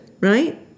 right